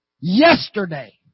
yesterday